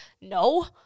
no